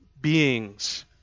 beings